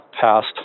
passed